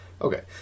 Okay